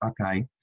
okay